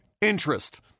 interest